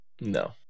no